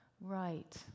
Right